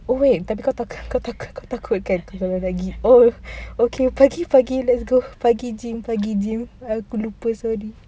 oh wait tapi kau takut kau takut kau takut kan kalau nak pergi okay okay pagi let's go pagi gym pagi gym aku lupa sorry